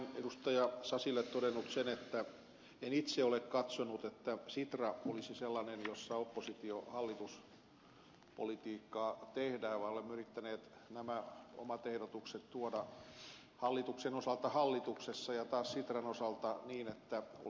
sasille todennut sen että en itse ole katsonut että sitra olisi sellainen jossa tehdään oppositiohallitus politiikkaa vaan olemme yrittäneet nämä omat ehdotuksemme tuoda hallituksen osalta hallituksessa ja taas sitran osalta niin että oltaisiin mahdollisimman yksituumaisia